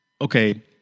okay